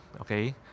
Okay